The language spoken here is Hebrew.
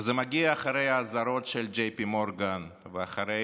וזה מגיע אחרי האזהרות של JPMorgan ואחרי